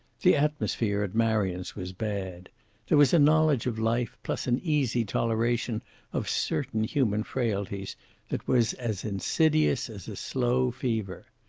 the atmosphere at marion's was bad there was a knowledge of life plus an easy toleration of certain human frailties that was as insidious as a slow fever.